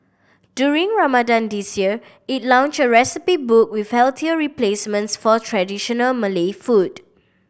during Ramadan this year it launched a recipe book with healthier replacements for traditional Malay food